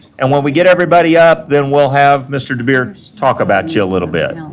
and when we get everybody up, then we'll have mr. debeer talk about you a little bit.